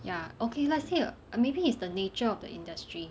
ya okay let's say err maybe is the nature of the industry